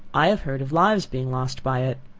i have heard of lives being lost by it.